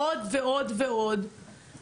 עוד ועוד אנשים,